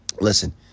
listen